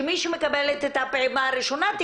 שמי שמקבלת את הפעימה הראשונה,